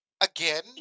Again